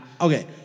Okay